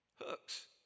Hooks